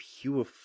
pure